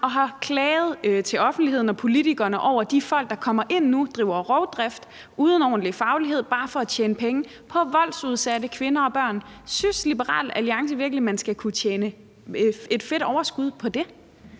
og har klaget til offentligheden og politikerne over de folk, der kommer ind nu og uden ordentlig faglighed, men bare for at tjene penge, driver rovdrift på voldsudsatte kvinder og børn. Synes Liberal Alliance virkelig, at man skal kunne tjene et fedt overskud på det?